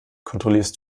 kontrollierst